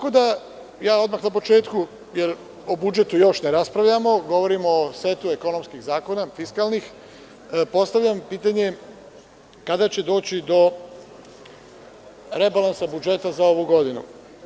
Odmah na početku, jer o budžetu još ne raspravljamo, govorimo o setu ekonomskih zakona, fiskalnih, postavljam pitanje kada će doći do rebalansa budžeta za ovu godinu?